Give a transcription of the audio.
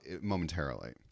momentarily